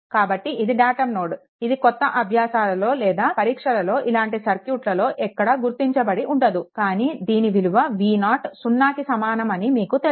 కాబట్టి ఇది datum node ఇది కొత్త అభ్యాసాలలో లేదా పరీక్షలలో ఇలాంటి సర్క్యూట్లలో ఎక్కడ గుర్తించబడి ఉండదు కానీ దీని విలువ V0 సున్నాకి సమానం అని మీకు తెలుసు